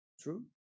True